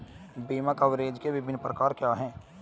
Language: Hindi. बीमा कवरेज के विभिन्न प्रकार क्या हैं?